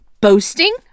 boasting